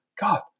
God